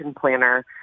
planner